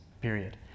period